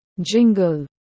Jingle